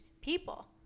people